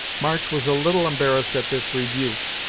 march was a little embarrassed at this rebuke,